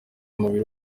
umubiri